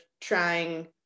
trying